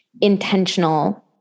intentional